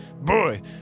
boy